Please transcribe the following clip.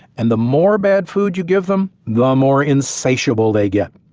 and the more bad food you give them the more insatiable they get.